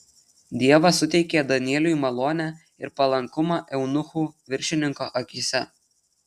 dievas suteikė danieliui malonę ir palankumą eunuchų viršininko akyse